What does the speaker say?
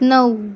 नऊ